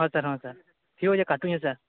ହଁ ସାର୍ ହଁ ସାର୍ ଠିକ୍ ଅଛି କାଟୁଛି ସାର୍